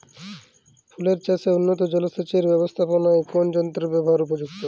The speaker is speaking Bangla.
ফুলের চাষে উন্নত জলসেচ এর ব্যাবস্থাপনায় কোন যন্ত্রের ব্যবহার উপযুক্ত?